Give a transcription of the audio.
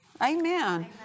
Amen